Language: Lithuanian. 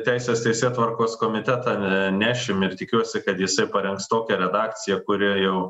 teisės teisėtvarkos komitetą nenešim ir tikiuosi kad jisai parengs tokią redakciją kuri jau